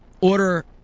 Order